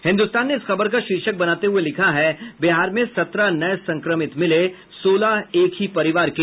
हिन्दुस्तान ने इस खबर का शीर्षक बनाते हुए लिखा है बिहार में सत्रह नये संक्रमित मिले सोलह एक ही परिवार के